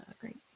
great